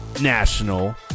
national